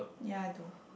ya I don't